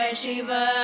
Shiva